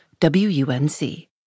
WUNC